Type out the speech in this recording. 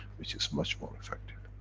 which is much more effective.